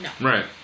right